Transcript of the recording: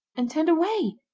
and turned away.